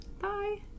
Bye